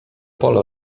pole